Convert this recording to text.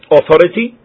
authority